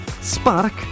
Spark